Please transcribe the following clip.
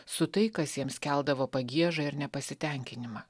su tai kas jiems keldavo pagiežą ir nepasitenkinimą